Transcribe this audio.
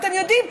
אתם יודעים,